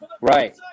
Right